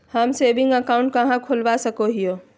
हम saving account कहाँ खोलवा सको हियै?